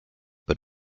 but